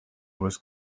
was